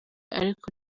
ariko